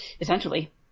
Essentially